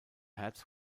herz